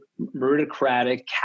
meritocratic